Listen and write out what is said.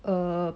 er